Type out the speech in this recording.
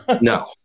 No